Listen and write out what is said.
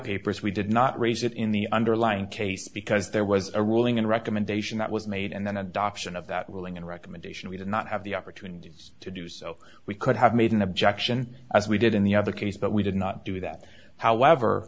papers we did not raise it in the underlying case because there was a ruling and recommendation that was made and then adoption of that will in a recommendation we did not have the opportunities to do so we could have made an objection as we did in the other case but we did not do that however